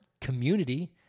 community